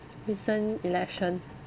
recent election